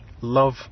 love